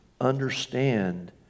understand